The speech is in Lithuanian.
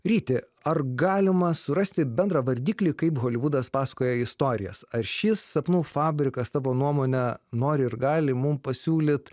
ryti ar galima surasti bendrą vardiklį kaip holivudas pasakoja istorijas ar šis sapnų fabrikas tavo nuomone nori ir gali mum pasiūlyt